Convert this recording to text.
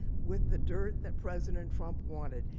with the dirt that president trump wanted.